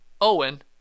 Owen